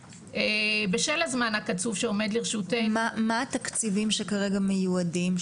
בשל הזמן הקצוב שעומד לרשותנו --- מה התקציבים שכרגע מיועדים?